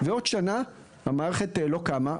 ועוד שנה המערכת לא קמה,